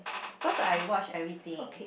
cause I watch everything